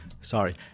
Sorry